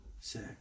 Sick